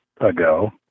ago